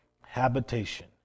habitation